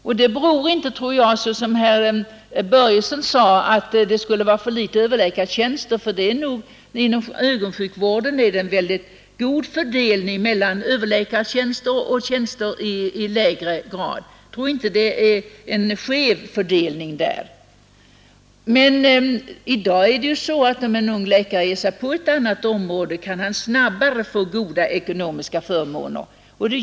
Jag tror inte att detta, som herr Börjesson påstod, beror på att det skulle vara för få överläkartjänster. Inom ögonsjukvården är det en mycket god fördelning mellan överläkartjänster och tjänster i lägre grader, fördelningen är inte skev. Men i dag är det så att om en ung läkare ger sig in på ett annat sjukvårdsområde, kan han snabbare få goda ekonomiska förmåner.